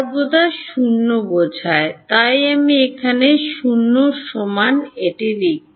সর্বদা 0 টি বোঝায় তাই আমি এখানে 0 এর সমান এটি লিখব